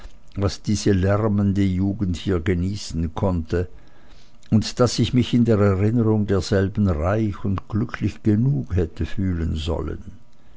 was diese lärmende jugend hier genießen konnte und daß ich mich in der erinnerung derselben reich und glücklich genug hätte fühlen sollen